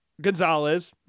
Gonzalez